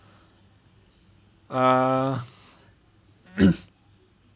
err